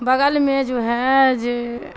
بغل میں جو ہے ج